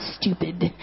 stupid